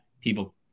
people